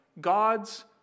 God's